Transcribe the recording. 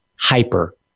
hyper